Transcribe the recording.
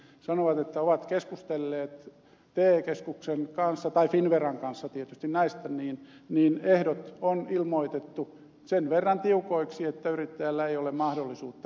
he sanovat että kun he ovat keskustelleet te keskuksen kanssa tai finnveran kanssa tietysti näistä niin ehdot on ilmoitettu sen verran tiukoiksi että yrittäjällä ei ole mahdollisuutta niitä käyttää